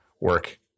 work